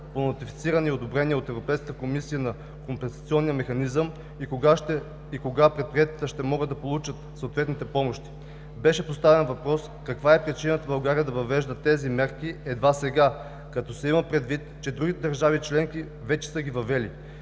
по нотифициране и одобрение от Европейската комисия на компенсационния механизъм и кога предприятията ще могат да получат съответните помощи. Беше поставен въпрос каква е причината България да въвежда тези мерки едва сега, като се има предвид, че другите държави членки вече са ги въвели,